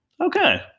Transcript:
okay